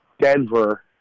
Denver